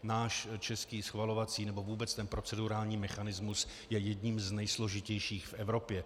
Náš český schvalovací nebo vůbec ten procedurální mechanismus je jedním z nejsložitějších v Evropě.